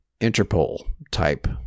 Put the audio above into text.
Interpol-type